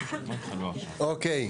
אוקיי.